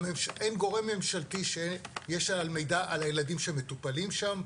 אין גורם ממשלתי שיש עליו מידע על הילדים שמטופלים שם,